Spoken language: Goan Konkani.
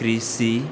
क्रिशी